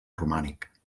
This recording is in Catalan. romànic